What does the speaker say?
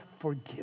forgive